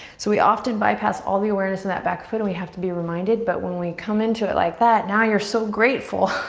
so we often bypass all the awareness in that back foot and we have to be reminded but when we come into it like that, now you're so grateful.